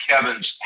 Kevin's